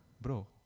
Bro